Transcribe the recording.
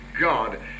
God